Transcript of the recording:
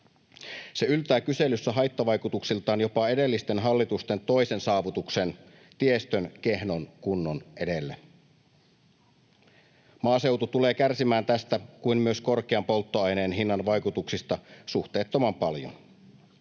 Se yltää kyselyssä haittavaikutuksiltaan jopa edellisten hallitusten toisen saavutuksen, tiestön kehnon kunnon, edelle. Maaseutu tulee kärsimään niin tästä kuin myös korkean polttoaineen hinnan vaikutuksista suhteettoman paljon.